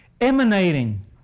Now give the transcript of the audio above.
emanating